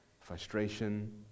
frustration